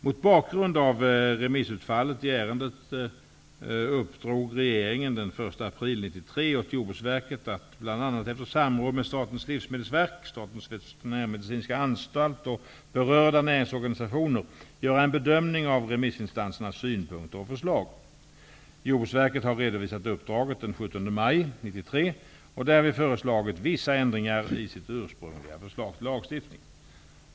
Mot bakgrund av remissutfallet i ärendet uppdrog regeringen den 1 april 1993 åt Jordbruksverket att bl.a. efter samråd med Statens livsmedelsverk, Statens veterinärmedicinska anstalt och berörda näringsorganisationer göra en bedömning av remissinstansernas synpunkter och förslag. Jordbruksverket har redovisat uppdraget den 17 maj 1993 och därvid föreslagit vissa ändringar i sitt ursprungliga förslag till lagstiftning.